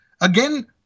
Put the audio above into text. Again